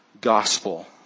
gospel